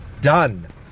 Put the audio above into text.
done